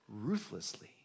ruthlessly